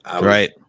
Right